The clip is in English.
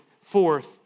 forth